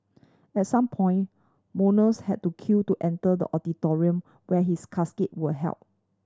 at some point mourners had to queue to enter the auditorium where his casket were held